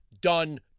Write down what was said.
done